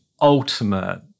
ultimate